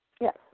Yes